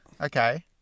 Okay